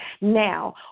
Now